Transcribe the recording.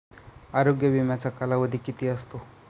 आरोग्य विम्याचा कालावधी किती असतो?